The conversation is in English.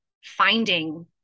finding